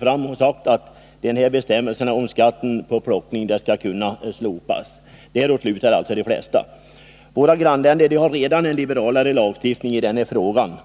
framgått att bestämmelsen om skatt på plockning kan slopas. Däråt lutar de flesta. Våra grannländer har redan en liberalare lagstiftning i det här avseendet.